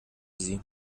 sie